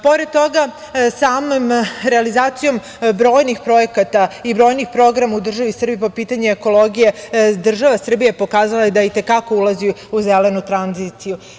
Pored toga, samom realizacijom brojnih projekata i brojnih programa u državi Srbiji po pitanju ekologije država Srbije je pokazala da i te kako ulazi u zelenu tranziciju.